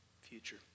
future